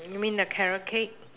you mean the carrot cake